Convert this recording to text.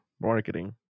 marketing